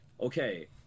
okay